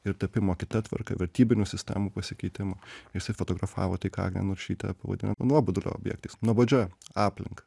ir tapimo kita tvarka vertybinių sistemų pasikeitimo jisai fotografavo tai ką agnė narušytė pavadino nuobodulio objektais nuobodžia aplinka